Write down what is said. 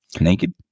Naked